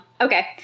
Okay